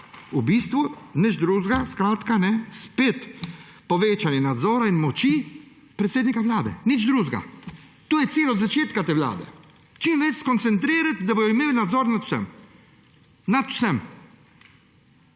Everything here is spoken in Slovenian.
komando, nič drugega. Skratka, spet povečani nadzor in moč predsednika vlade, nič drugega. To je cilj od začetka te vlade, čim več skoncentrirati, da bodo imel nadzor nad vsem. Uničujoča